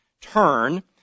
turn